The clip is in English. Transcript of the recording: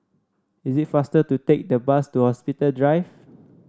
is it faster to take the bus to Hospital Drive